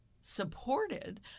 supported